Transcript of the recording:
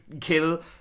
kill